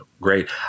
great